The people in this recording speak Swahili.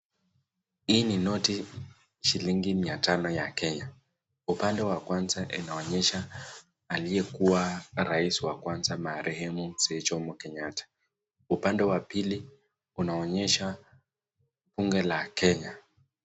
Hii ni note shilingi mia tano ya Kenya upande ya kwanza inaonyesha aliyekuwa rais wa kwanza marehemu Mzee jomo Kenyatta upande wa bili inaonyesha undo la Kenya.